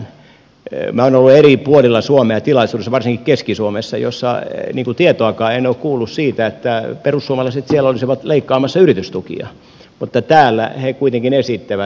minä olen ollut eri puolilla suomea tilaisuuksissa varsinkin keski suomessa joissa tietoakaan en ole kuullut siitä että perussuomalaiset siellä olisivat leikkaamassa yritystukia mutta täällä he kuitenkin sitä esittävät